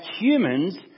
humans